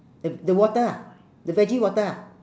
the the water ah the veggie water ah